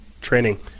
training